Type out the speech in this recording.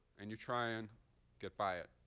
and you try and get by it,